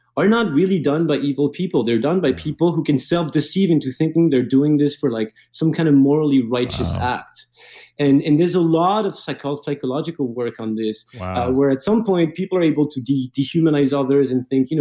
are not really done by evil people. they're done by people who can self-deceive into thinking they're doing this for like some kind of morally righteous act and and there's a lot of so like ah psychological work on this where at some point people are able to dehumanize others and think, you know